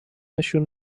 نشون